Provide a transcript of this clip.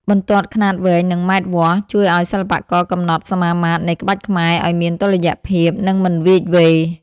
បន្ទាត់ខ្នាតវែង និងម៉ែត្រវាស់ ជួយឱ្យសិល្បករកំណត់សមាមាត្រនៃក្បាច់ខ្មែរឱ្យមានតុល្យភាព និងមិនវៀចវេរ។